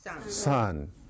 Son